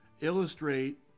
illustrate